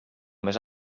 més